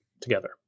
together